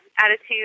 attitude